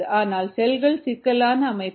ஆனால் செல்கள் சிக்கலான அமைப்புகள்